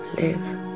live